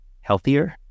healthier